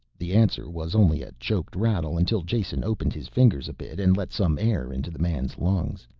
the answer was only a choked rattle until jason opened his fingers bit and let some air into the man's lungs.